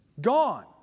gone